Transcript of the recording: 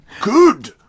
good